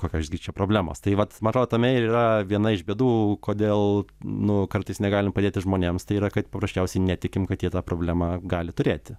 kokios gi čia problemos tai vat man atrodo tame ir yra viena iš bėdų kodėl nu kartais negalim padėti žmonėms tai yra kad paprasčiausiai netikim kad jie tą problemą gali turėti